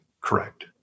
Correct